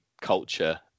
culture